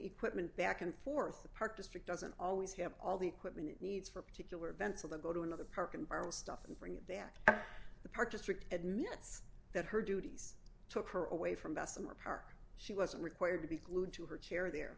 equipment back and forth the park district doesn't always have all the equipment it needs for particular events or the go to another park and borrow stuff and bring it back to the park district admits that her duties took her away from bessemer park she wasn't required to be glued to her chair there